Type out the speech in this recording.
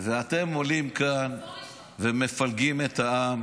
ואתם עולים לכאן ומפלגים את העם